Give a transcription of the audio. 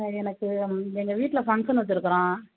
ஆ எனக்கு ம் எங்கள் வீட்டில் ஃபங்க்ஷன் வச்சிருக்கிறோம்